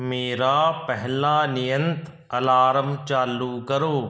ਮੇਰਾ ਪਹਿਲਾ ਨਿਯਤ ਅਲਾਰਮ ਚਾਲੂ ਕਰੋ